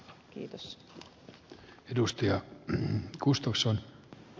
kiitos edusti ja kustoso